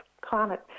Climate